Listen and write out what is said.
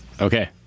Okay